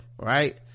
right